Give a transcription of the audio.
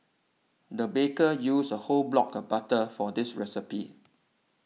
the baker used a whole block of butter for this recipe